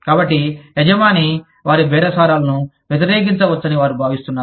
కాబట్టి యజమాని వారి బేరసారాలను వ్యతిరేకించవచ్చని వారు భావిస్తున్నారు